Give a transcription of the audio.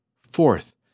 Fourth